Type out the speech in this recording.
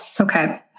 Okay